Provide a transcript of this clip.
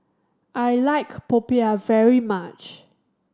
I like Popiah very much